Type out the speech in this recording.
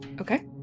Okay